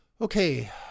Okay